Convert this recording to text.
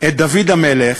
את דוד המלך,